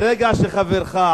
ברגע שחברך,